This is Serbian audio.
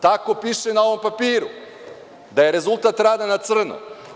Tako piše na ovom papiru, da je rezultat rada na crno.